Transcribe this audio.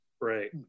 Right